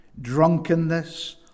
drunkenness